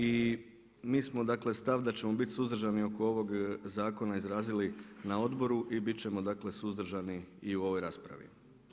I mi smo dakle stav da ćemo biti suzdržani oko ovog zakona izrazili na odboru i biti ćemo dakle suzdržani i u ovoj raspravi.